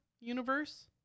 universe